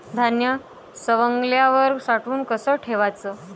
धान्य सवंगल्यावर साठवून कस ठेवाच?